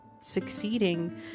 succeeding